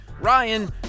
Ryan